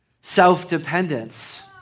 self-dependence